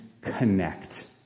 connect